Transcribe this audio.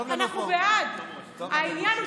קריאה: קריאה: